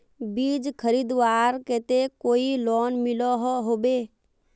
बीज खरीदवार केते कोई लोन मिलोहो होबे?